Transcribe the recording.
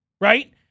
Right